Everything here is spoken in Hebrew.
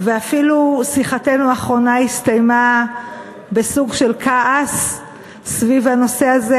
ואפילו שיחתנו האחרונה הסתיימה בסוג של כעס סביב הנושא הזה,